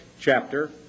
chapter